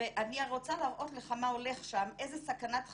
אני רוצה להראות לך מה הולך שם, איזה סכנת חיים.